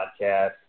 podcast